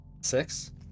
Six